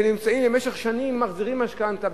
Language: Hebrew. שבמשך שנים מחזירים משכנתה?